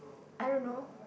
I don't know